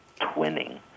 twinning